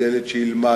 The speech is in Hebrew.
זה ילד שילמד,